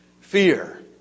Fear